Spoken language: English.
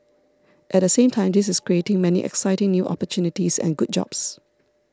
at the same time this is creating many exciting new opportunities and good jobs